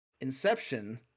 Inception